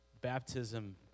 baptism